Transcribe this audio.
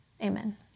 Amen